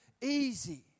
easy